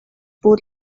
puud